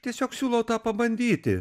tiesiog siūlau tą pabandyti